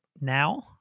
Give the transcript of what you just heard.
now